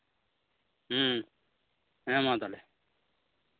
ᱦᱮᱸ ᱦᱮᱸ ᱢᱟ ᱛᱟᱦᱞᱮ